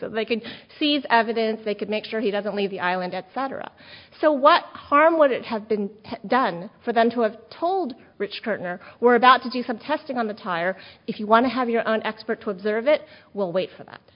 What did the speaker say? that they could seize evidence they could make sure he doesn't leave the island etc so what harm would it have been done for them to have told rich partner we're about to do some testing on the tire if you want to have your own expert to observe it we'll wait for that